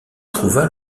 trouva